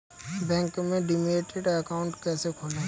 Bank में demat account कैसे खोलें?